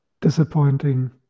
disappointing